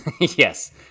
Yes